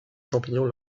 champignon